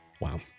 Wow